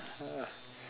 uh